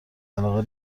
علاقه